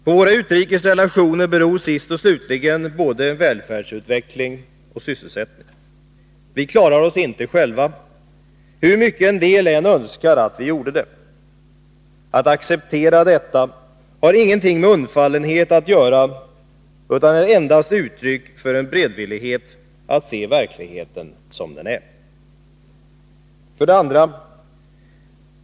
På våra utrikes relationer beror sist och slutligen både välfärdsutveckling och sysselsättning. Vi klarar oss inte själva, hur mycket en del än önskar att vi gjorde det. Att acceptera detta har ingenting med undfallenhet att göra utan är endast uttryck för en beredvillighet att se verkligheten som den är. 2.